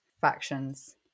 factions